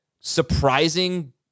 surprising